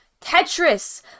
Tetris